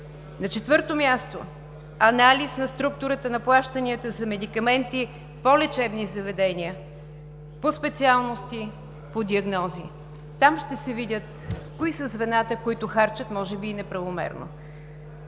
На четвърто място, анализ на структурата на плащанията за медикаменти по лечебни заведения, по специалности, по диагнози. Там ще се видят кои са звената, които харчат, може би и неправомерно.